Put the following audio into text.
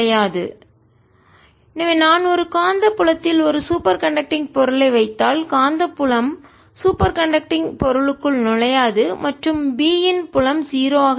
Binside0B0HM 0HMH As MχMH 01MH0 χM 1 எனவே நான் ஒரு காந்தப்புலத்தில் ஒரு சூப்பர் கண்டக்டிங் பொருளை வைத்தால் காந்தப்புலம் சூப்பர் கண்டக்டிங் பொருளுக்குள் நுழையாது மற்றும் B இன் புலம் 0 ஆக இருக்கும்